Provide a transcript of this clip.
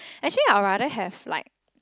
actually I'll rather have like